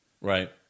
Right